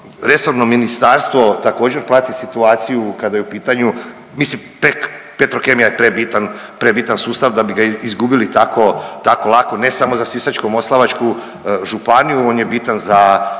resorno ministarstvo također prati situaciju kada je u pitanju, mislim Petrokemija je prebitan sustav da bi ga izgubili tako lako, ne samo za Sisačko-moslavačku županiju, on je bitan za